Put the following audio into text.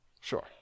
Sure